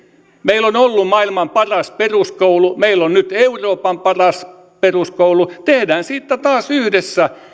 meillä on ollut maailman paras peruskoulu meillä on nyt euroopan paras peruskoulu tehdään siitä taas yhdessä